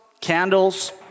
candles